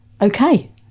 okay